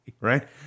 right